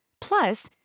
Plus